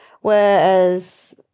Whereas